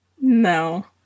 No